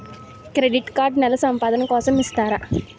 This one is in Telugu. క్రెడిట్ కార్డ్ నెల సంపాదన కోసం ఇస్తారా?